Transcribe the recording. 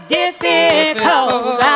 difficult